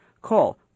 Call